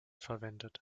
verwendet